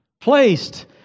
placed